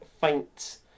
faint